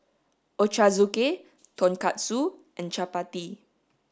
Ochazuke tonkatsu and Chapati